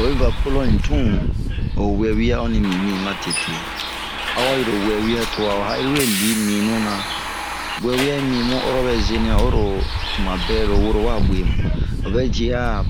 Oyi va Pɔlɔɲe tun ho wewia min bin matete. Awayi lo wewia to wa ha'iri we lii minu na, wewia yi min bun ɔro bɛ'a tunmabɛ lo woro wa sinbin mu, ovɛ yi a'a